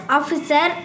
officer